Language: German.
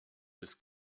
des